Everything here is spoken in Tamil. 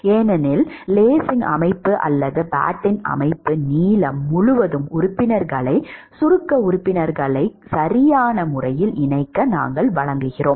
ஏனெனில் லேசிங் சிஸ்டம் அல்லது பேட்டன் சிஸ்டம் நீளம் முழுவதும் உறுப்பினர்களை சுருக்க உறுப்பினர்களை சரியான முறையில் இணைக்க நாங்கள் வழங்குகிறோம்